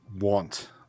want